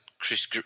Chris